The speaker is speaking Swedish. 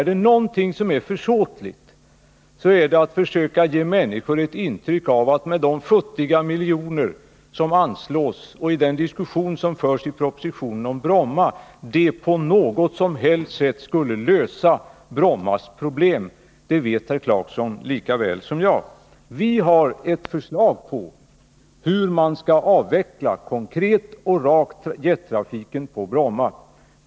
Men om någonting är försåtligt, så är det att försöka ge människor ett intryck av att de futtiga miljoner som anslås enligt propositionen om Bromma på något sätt skulle kunna bidra till en lösning av Brommas problem. Det vet herr Clarkson lika bra som jag. Vi har ett konkret och rakt förslag till hur man skall avveckla jettrafiken på Bromma.